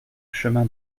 chemin